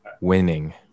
Winning